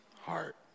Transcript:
heart